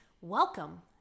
welcome